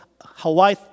Hawaii